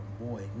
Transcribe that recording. boy